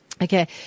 Okay